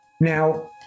Now